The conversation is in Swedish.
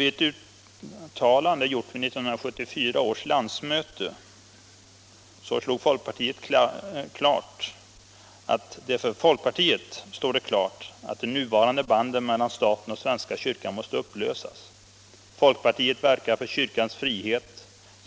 I ett uttalande, gjort vid 1974 års landsmöte, slog folk partiet fast: ”För folkpartiet står det klart att de nuvarande banden mellan — Förhållandet staten och Svenska kyrkan måste upplösas. Folkpartiet verkar för kyrkans —